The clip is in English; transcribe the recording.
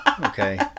Okay